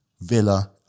Villa